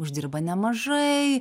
uždirba nemažai